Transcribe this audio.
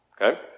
Okay